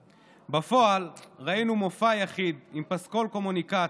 בפועל, ראינו מופע יחיד עם פסקול קומוניקט